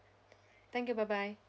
thank you bye bye